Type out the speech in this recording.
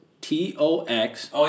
T-O-X